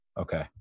Okay